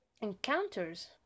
encounters